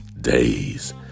days